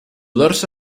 dorso